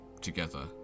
together